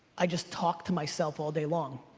i just talk to myself all day long.